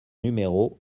numéro